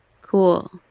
Cool